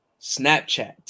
Snapchat